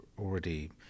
already